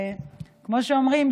וכמו שאומרים,